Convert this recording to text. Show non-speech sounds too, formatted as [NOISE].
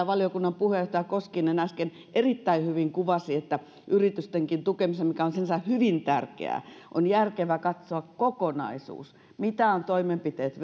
[UNINTELLIGIBLE] valiokunnan puheenjohtaja koskinen äsken erittäin hyvin kuvasi että yritystenkin tukemisessa mikä on sinänsä hyvin tärkeää on järkevää katsoa kokonaisuus mitä ovat toimenpiteet [UNINTELLIGIBLE]